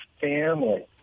family